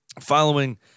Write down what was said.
following